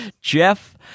jeff